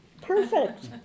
perfect